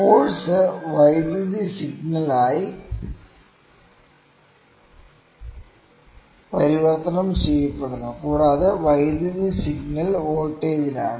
force വൈദ്യുത സിഗ്നലായി പരിവർത്തനം ചെയ്യപ്പെടുന്നു കൂടാതെ വൈദ്യുത സിഗ്നൽ വോൾട്ടേജിലാണ്